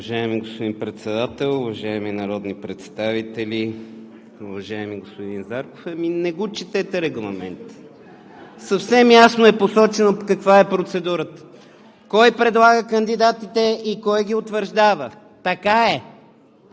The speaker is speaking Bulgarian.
Уважаеми господин Председател, уважаеми народни представители! Уважаеми господин Зарков, ами не го четете Регламента. Съвсем ясно е посочено каква е процедурата – кой предлага кандидатите и кой ги утвърждава.